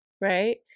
right